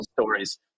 stories